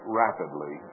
rapidly